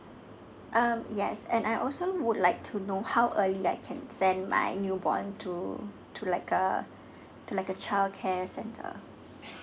um yes and I also would like to know how early I can send my newborn to to like uh to like a child care centre